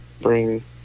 bring